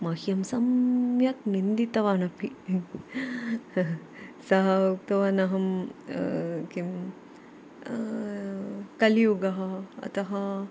मह्यं सम्यक् निन्दितवान् अपि सः उक्तवान् अहं किं कलियुगः अतः